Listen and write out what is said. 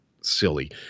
silly